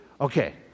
Okay